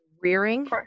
rearing